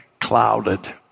clouded